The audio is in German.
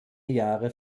jahre